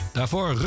Daarvoor